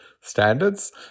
standards